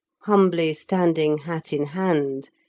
humbly standing, hat in hand,